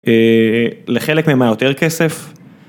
לחלק מהם היה יותר כסף.